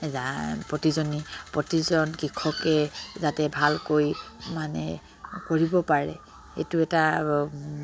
প্ৰতিজনী প্ৰতিজন কৃষকে যাতে ভালকৈ মানে কৰিব পাৰে এইটো এটা